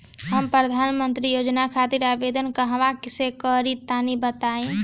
हम प्रधनमंत्री योजना खातिर आवेदन कहवा से करि तनि बताईं?